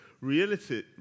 reality